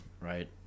right